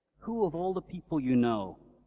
who of all the people you know,